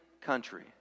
country